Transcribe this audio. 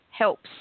helps